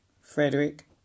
Frederick